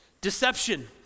deception